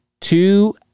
Two